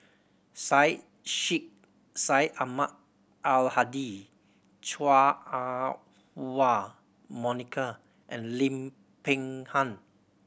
Syed Sheikh Syed Ahmad Al Hadi Chua Ah Huwa Monica and Lim Peng Han